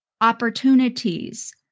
opportunities